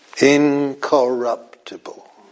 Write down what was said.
Incorruptible